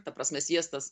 ta prasme sviestas